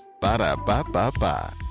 Ba-da-ba-ba-ba